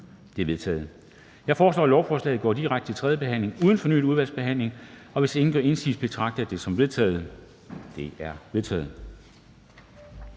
De er vedtaget. Jeg foreslår, at lovforslaget går direkte til tredje behandling uden fornyet udvalgsbehandling, og hvis ingen gør indsigelse, betragter jeg det som vedtaget. Det er vedtaget.